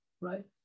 right